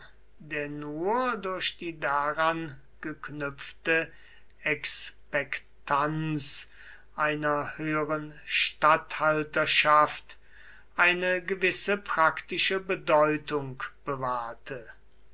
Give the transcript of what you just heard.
der nur durch die daran geknüpfte expektanz einer höheren statthalterschaft eine gewisse praktische bedeutung bewahrte